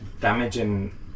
damaging